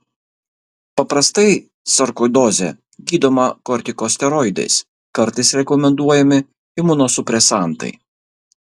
paprastai sarkoidozė gydoma kortikosteroidais kartais rekomenduojami imunosupresantai